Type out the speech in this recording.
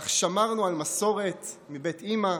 אך שמרנו על מסורת מבית אימא,